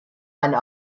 eine